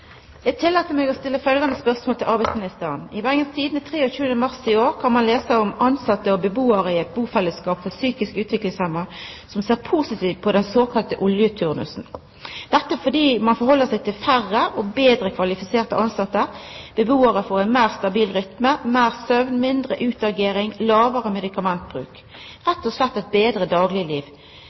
Eg tillèt meg å stilla følgjande spørsmål til arbeidsministeren: «I Bergens Tidende 23. mars i år kan man lese om ansatte og beboere i bofellesskap for psykisk utviklingshemmede som ser positivt på den såkalte «oljeturnusen», dette fordi man forholder seg til færre og bedre kvalifiserte ansatte. Beboerne får en mer stabil rytme, mer søvn, mindre utagering, lavere medikamentbruk – rett og slett